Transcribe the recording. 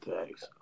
Thanks